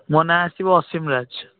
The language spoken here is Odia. ମୋ ନାଁ ଆସିବ ଅସିମ ରାଜ୍